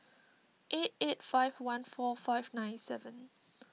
eight eight five one four five nine seven